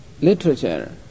literature